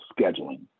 scheduling